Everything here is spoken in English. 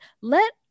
Let